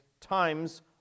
times